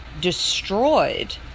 destroyed